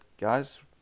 guys